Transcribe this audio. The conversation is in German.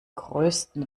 größten